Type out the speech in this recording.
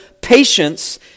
patience